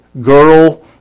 girl